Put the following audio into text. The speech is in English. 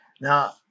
Now